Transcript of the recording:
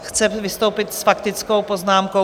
Chce vystoupit s faktickou poznámkou.